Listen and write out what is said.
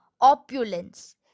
opulence